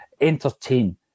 entertain